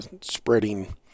spreading